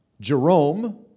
Jerome